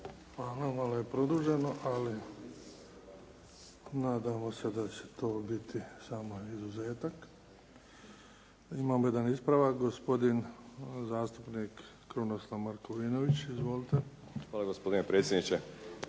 Malo je produženo, ali nadamo se da će to biti samo izuzetak. Imamo jedan ispravak. Gospodin zastupnik Krunoslav Markovinović. Izvolite. **Markovinović,